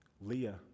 Leah